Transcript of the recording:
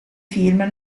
film